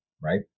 right